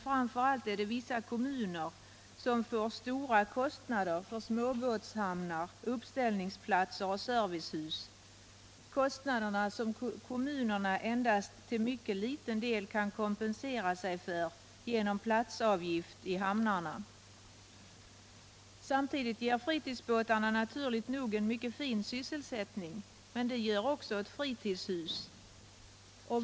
Framför allt får vissa kommuner stora kostnader för småbåtshamnar, uppställningsplatser och servicehus, kostnader som kommunerna endast till mycket liten del kan kompensera sig för genom platsavgift i hamnarna. Samtidigt ger fritidsbåtarna naturligt nog en mycket fin sysselsättning, men det gör också ett fritidshus.